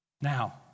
Now